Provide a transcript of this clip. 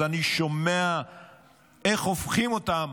אז אני שומע איך הופכים אותם